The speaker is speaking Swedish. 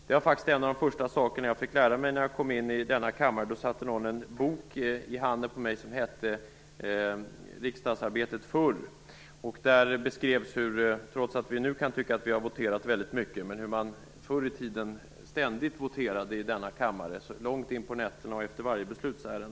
En av de första saker som hände mig när jag kom till denna kammare var att någon i min hand satte en bok som hette Riksdagsarbetet förr. Vi kan visserligen nu tycka att vi voterar väldigt mycket, men i boken beskrevs hur man förr i tiden ständigt voterade i denna kammare, i varje beslutsärende och långt in på nätterna.